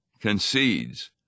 concedes